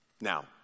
Now